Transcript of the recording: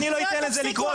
אני לא אתן לזה לקרות,